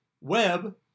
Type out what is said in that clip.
web